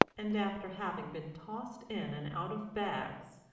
and after having been tossed in and out of bags,